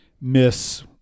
miss